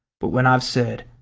but when i've said,